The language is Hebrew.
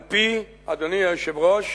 על-פי אדוני היושב-ראש